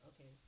okay